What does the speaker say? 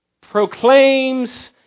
proclaims